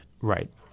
right